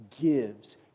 gives